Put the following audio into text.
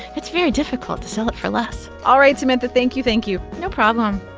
it's very difficult to sell it for less all right, samantha, thank you, thank you no problem